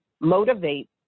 motivate